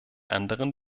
anderen